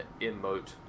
emote